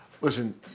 listen